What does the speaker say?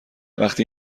وقتی